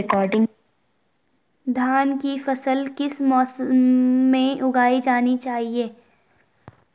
धान की फसल किस मौसम में उगाई जाती है?